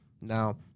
Now